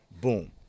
boom